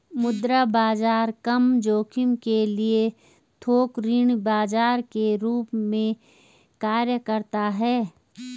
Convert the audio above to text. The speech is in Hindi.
मुद्रा बाजार कम जोखिम के लिए थोक ऋण बाजार के रूप में कार्य करता हैं